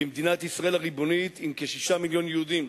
במדינת ישראל הריבונית, עם כ-6 מיליוני יהודים,